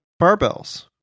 barbells